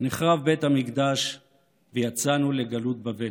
נחרב בית המקדש ויצאנו לגלות בבל.